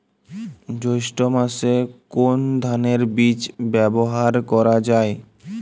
জৈষ্ঠ্য মাসে কোন ধানের বীজ ব্যবহার করা যায়?